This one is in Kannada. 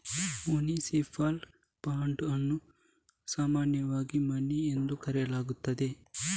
ಮುನಿಸಿಪಲ್ ಬಾಂಡ್ ಅನ್ನು ಸಾಮಾನ್ಯವಾಗಿ ಮನಿ ಎಂದು ಕರೆಯಲಾಗುತ್ತದೆ